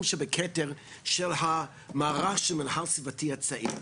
שבכתר" של המערך של המינהל הסביבתי הצעיר.